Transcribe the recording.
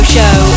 Show